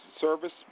service